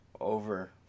over